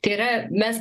tai yra mes